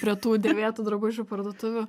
prie tų dėvėtų drabužių parduotuvių